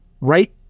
right